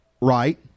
right